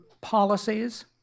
policies